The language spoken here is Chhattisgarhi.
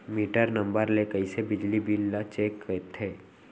मीटर नंबर ले कइसे बिजली बिल ल चेक करथे?